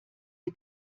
sie